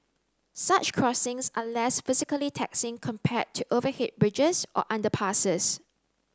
such crossings are less physically taxing compared to overhead bridges or underpasses